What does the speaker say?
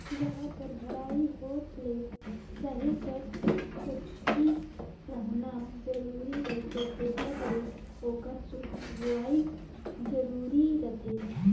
गाड़ा कर भरई होत ले सहे कर सकती रहना जरूरी रहथे तेकर ले ओकर सुग्घर होवई जरूरी रहथे